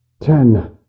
ten